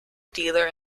dealer